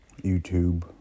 YouTube